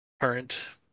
current